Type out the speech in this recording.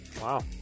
Wow